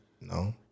No